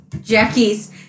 Jackie's